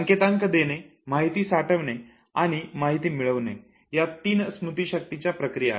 संकेतांक देणे माहीती साठवणे आणि माहिती मिळविणे या तीन स्मृती शक्तीच्या प्रक्रिया आहे